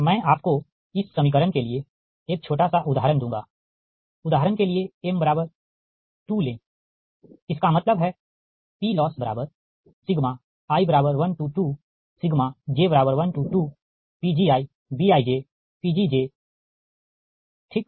मैं आपको इस समीकरण के लिए एक छोटा सा उदाहरण दूँगा उदाहरण के लिए m 2 लें इसका मतलब है PLossi12j12PgiBijPgj है ठीक